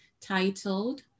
titled